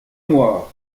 noir